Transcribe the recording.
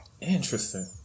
Interesting